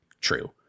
true